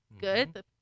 Good